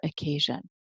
occasion